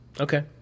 Okay